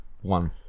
one